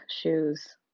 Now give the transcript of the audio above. shoes